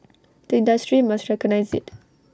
the industry must recognise IT